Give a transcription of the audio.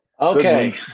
Okay